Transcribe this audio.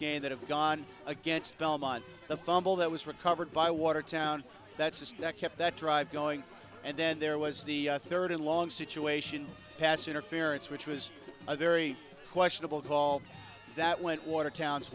game that have gone against film on the fumble that was recovered by watertown that says that kept that drive going and then there was the third and long situation pass interference which was a very questionable call that went watertown